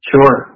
Sure